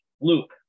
Luke